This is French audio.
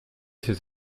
ses